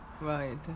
Right